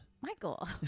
Michael